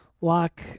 lock